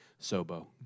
Sobo